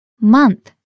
month